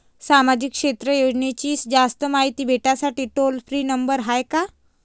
सामाजिक क्षेत्र योजनेची जास्त मायती भेटासाठी टोल फ्री नंबर हाय का?